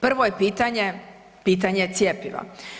Prvo je pitanje, pitanje cjepiva.